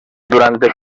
durante